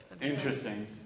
Interesting